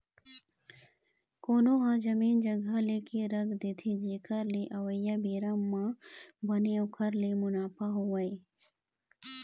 कोनो ह जमीन जघा लेके रख देथे जेखर ले अवइया बेरा म बने ओखर ले मुनाफा होवय